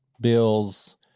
Bills